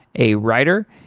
a writer,